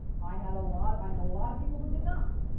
i had a lot, i know a lot of people who did not.